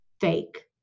fake